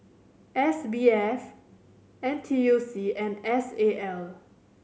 S B F N T U C and S A L